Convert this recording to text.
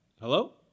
Hello